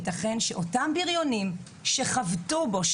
איך ייתכן שאותם בריונים שחבטו בו,